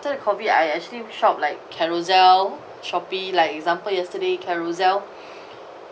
after the COVID I actually shop like carousell shopee like example yesterday carousell